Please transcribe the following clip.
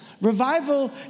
Revival